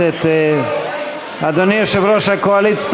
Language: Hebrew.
אדוני יושב-ראש הקואליציה,